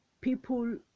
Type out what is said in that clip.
people